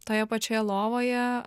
toje pačioje lovoje